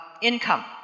income